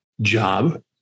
job